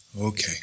Okay